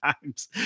times